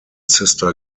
sister